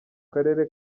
karere